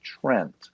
Trent